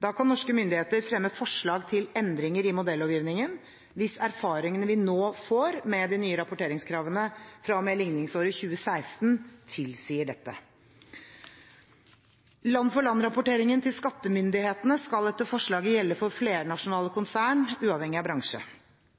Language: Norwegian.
Da kan norske myndigheter fremme forslag til endringer i modellovgivningen hvis erfaringene vi nå får med de nye rapporteringskravene fra og med ligningsåret 2016, tilsier dette. Land-for-land-rapporteringen til skattemyndighetene skal etter forslaget gjelde for flernasjonale konsern uavhengig av bransje.